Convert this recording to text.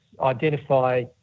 Identify